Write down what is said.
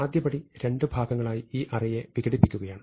ആദ്യ പടി രണ്ടു ഭാഗങ്ങളായി ഈ അറേയെ വിഘടിപ്പിക്കുകയാണ്